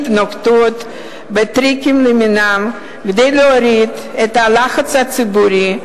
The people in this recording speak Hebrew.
נוקטות טריקים למיניהם כדי להוריד את הלחץ הציבורי,